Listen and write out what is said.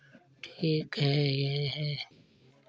ठीक है ये है